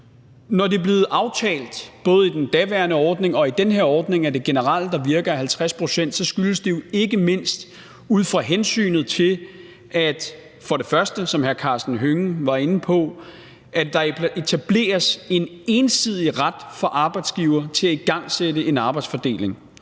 når det er blevet aftalt både i den daværende ordning og i den her ordning, at det er generelt, at 50 pct. virker, jo så ikke mindst skyldes hensynet til, at der, som hr. Karsten Hønge var inde på, etableres en ensidig ret for arbejdsgivere til at igangsætte en arbejdsfordeling.